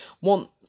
want